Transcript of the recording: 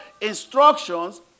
instructions